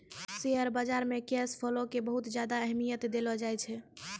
share बाजार मे cash flow के बहुत ज्यादा अहमियत देलो जाए छै